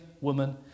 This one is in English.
woman